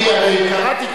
אני קראתי.